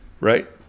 Right